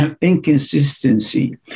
inconsistency